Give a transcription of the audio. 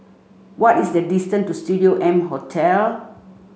what is the distance to Studio M Hotel